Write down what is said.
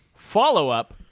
Follow-up